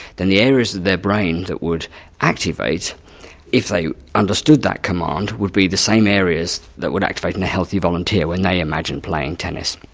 then the areas of their brain that would activate if they understood that command would be the same areas that would activate in a healthy volunteer when they imagined playing tennis.